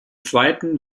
zweiten